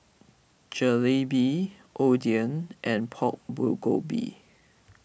Jalebi Oden and Pork Bulgogi